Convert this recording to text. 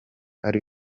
ari